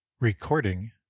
RECORDING